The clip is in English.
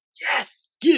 yes